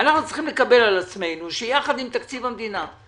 אנחנו צריכים לקבל על עצמנו שיחד עם תקציב המדינה,